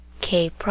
K